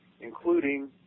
including